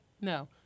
no